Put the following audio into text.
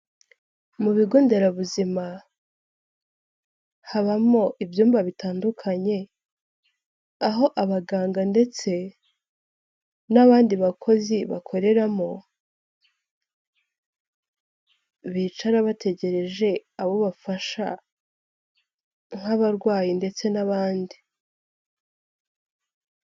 mu bigo nderabuzima habamo ibyumba bitandukanye aho abaganga ndetse n'abandi bakozi bakoreramo bicara bategereje abo bafasha nk'abarwayi ndetse n'abandi.